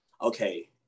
okay